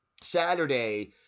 Saturday